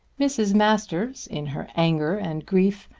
mrs. masters, in her anger and grief,